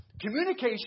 communication